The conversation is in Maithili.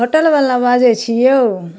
होटलबला बाजै छी यौ